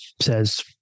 says